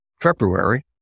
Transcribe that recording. February